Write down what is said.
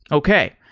okay.